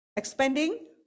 Expanding